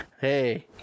hey